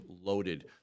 LOADED